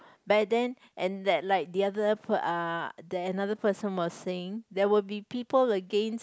but then and that like the other per~ uh another person was saying there will be people against